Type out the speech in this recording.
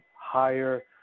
higher